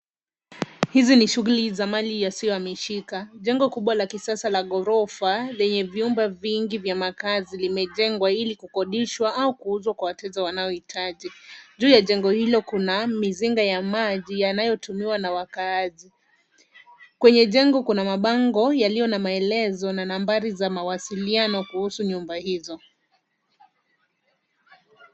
Hizi ni shughuli za Mali yasiyohamishika. Jengo kubwa la kisasa la ghorofa lenye vyumba vingi vya makazi limejengwa ili kukodishwa au kuuzwa kwa wateja wanaohitaji. Juu ya jengo hilo kuna mizinga ya maji yanayotumiwa na wakaaji. Kwenye jengo kuna mabango yaliyo na maelezo na nambari za mawasiliano kuhusu nyumba hizo.